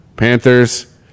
panthers